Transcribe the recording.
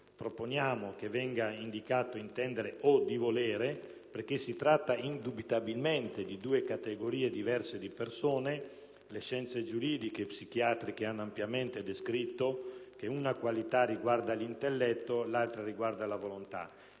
proponiamo che venga indicato «di intendere o di volere», perché si tratta indubitabilmente di due categorie diverse di persone. Infatti, le scienze giuridiche e psichiatriche hanno ampiamente descritto che una qualità riguarda l'intelletto e l'altra riguarda la volontà